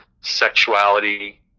sexuality